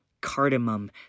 Cardamom